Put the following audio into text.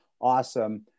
awesome